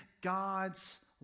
God's